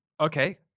okay